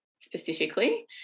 specifically